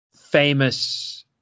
famous